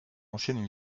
ancienne